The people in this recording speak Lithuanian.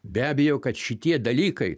be abejo kad šitie dalykai